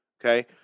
Okay